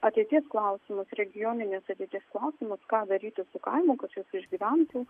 ateities klausimus regioninės ateities klausimus ką daryti su kaimu kad šis išgyventų